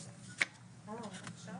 המעבר מתגמול פרישה